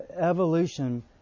evolution